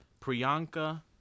Priyanka